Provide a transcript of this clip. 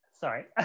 Sorry